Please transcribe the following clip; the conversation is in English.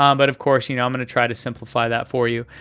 um but of course, you know i'm gonna try to simplify that for you.